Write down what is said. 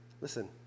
Listen